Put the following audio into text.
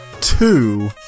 two